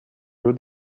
nur